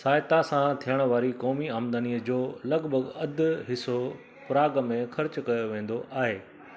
सहायता सां थियणु वारी क़ौमी आमदनीअ जो लॻभॻि अधि हिसो प्राग में ख़र्चु कयो वेंदो आहे